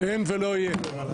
אין ולא יהיה.